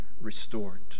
restored